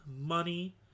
money